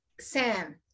Sam